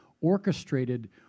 orchestrated